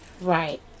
Right